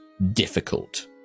difficult